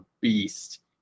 beast